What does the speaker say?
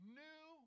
new